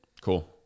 Cool